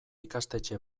ikastetxe